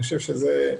אני חושב שזה חשוב.